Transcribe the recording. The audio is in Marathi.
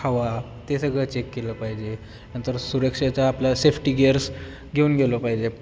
हवा ते सगळं चेक केलं पाहिजे नंतर सुरक्षेचा आपला सेफ्टी गिअर्स घेऊन गेलं पाहिजे